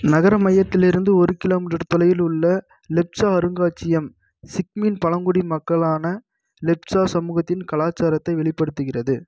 நகர மையத்திலிருந்து ஒரு கிலோமீட்டர் தொலைவில் உள்ள லெப்ச்சா அருங்காட்சியம் சிக்கிமின் பழங்குடி மக்களான லெப்ச்சா சமூகத்தின் கலாச்சாரத்தை வெளிப்படுத்துகிறது